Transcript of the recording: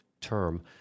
term